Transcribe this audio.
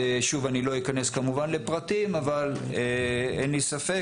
ושוב אני לא אכנס כמובן לפרטים אבל אין לי ספק